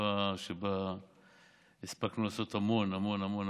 תקופה שבה הספקנו לעשות המון המון המון,